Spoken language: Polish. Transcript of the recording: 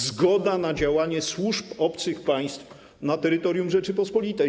Zgoda na działanie służb obcych państw na terytorium Rzeczypospolitej.